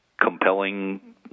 compelling